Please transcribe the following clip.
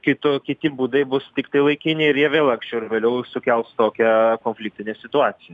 kito kiti būdai bus tiktai laikini ir jie vėl anksčiau ar vėliau sukels tokią konfliktinę situaciją